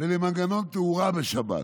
ולמנגנון תאורה בשבת,